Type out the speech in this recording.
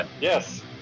Yes